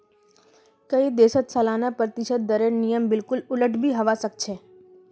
कई देशत सालाना प्रतिशत दरेर नियम बिल्कुल उलट भी हवा सक छे